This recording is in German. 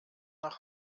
nach